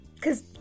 cause